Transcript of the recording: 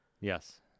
Yes